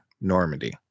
Normandy